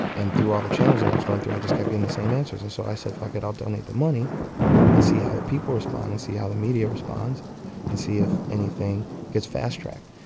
and through all the channels that i was going through, i just kept getting the same answers. and so i said, fuck it. i'll donate the money and see how the people respond and see how the media responds and see if anything gets fast-tracked.